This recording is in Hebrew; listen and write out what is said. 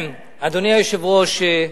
אדוני היושב-ראש,